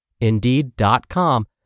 Indeed.com